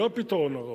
היא לא הפתרון הראוי.